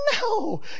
No